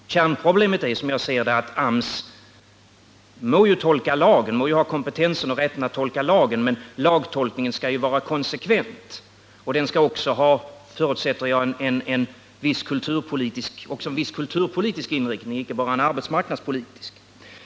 Kärnproblemet är, som jag ser det, följande: AMS må ha både kompetensen och rätten att tolka lagen, men lagtolkningen skall ju även vara konsekvent, och den skall också ha — förutsätter jag — en viss kulturpolitisk inriktning och icke bara en arbetsmarknadspolitisk.